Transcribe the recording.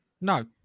No